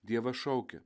dievas šaukia